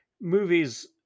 movies